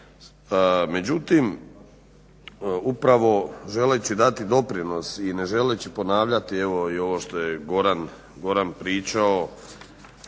Međutim upravo želeći dati doprinos i ne želeći ponavljati evo i ovo što je Goran pričao